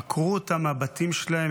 עקרו אותם מהבתים שלהם,